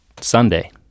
Sunday